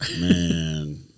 man